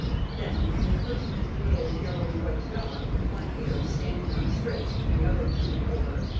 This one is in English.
then an impertinent little yellow-and-white dog, with one ear standing up straight and the other drooping over,